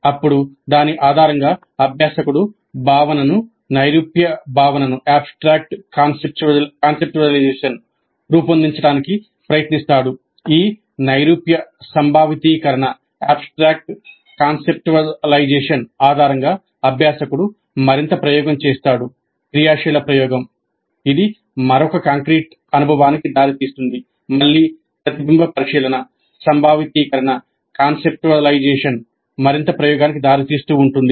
అప్పుడు దాని ఆధారంగా అభ్యాసకుడు భావనను నైరూప్య భావనను మరింత ప్రయోగానికి దారితీస్తుంది